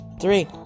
Three